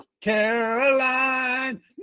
Caroline